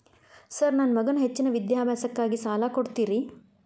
Sir ನನ್ನ ಮಗನ ಹೆಚ್ಚಿನ ವಿದ್ಯಾಭ್ಯಾಸಕ್ಕಾಗಿ ಸಾಲ ಕೊಡ್ತಿರಿ?